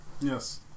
Yes